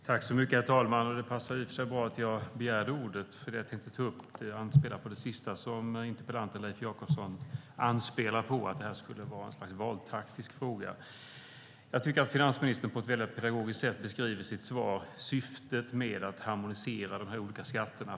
Herr talman! Det passar bra att jag begärde ordet, för det jag tänkte ta upp anspelar på det sista interpellanten Leif Jakobsson antydde - att det här skulle vara något slags valtaktisk fråga. Jag tycker att finansministern i sitt svar på ett väldigt pedagogiskt sätt beskriver syftet med att harmonisera de olika skatterna.